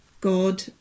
God